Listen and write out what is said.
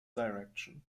direction